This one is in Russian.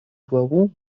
главу